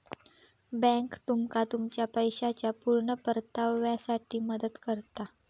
bank तुमका तुमच्या पैशाच्या पुर्ण परताव्यासाठी मदत करता